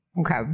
Okay